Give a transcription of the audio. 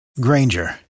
Granger